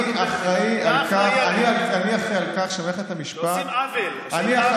אני אחראי לכך שמערכת המשפט, עושים עוול.